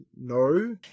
no